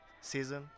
season